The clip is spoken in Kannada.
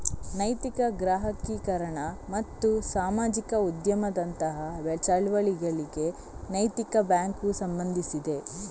ನೈತಿಕ ಗ್ರಾಹಕೀಕರಣ ಮತ್ತು ಸಾಮಾಜಿಕ ಉದ್ಯಮದಂತಹ ಚಳುವಳಿಗಳಿಗೆ ನೈತಿಕ ಬ್ಯಾಂಕು ಸಂಬಂಧಿಸಿದೆ